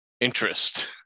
interest